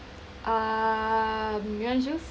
uh you want to choose